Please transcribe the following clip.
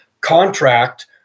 contract